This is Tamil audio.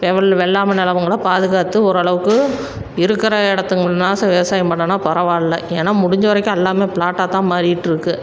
எவ்வுள் வெள்ளாமை நிலமுங்கலாம் பாதுகாத்து ஓரளவுக்கு இருக்கிற இடத்துங்கள்னாச்சும் விவசாயம் பண்ணிணோன்னா பரவாயில்ல ஏன்னால் முடிஞ்ச வரைக்கும் எல்லாமே ப்ளாட்டாக தான் மாறிட்டிருக்குது